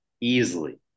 easily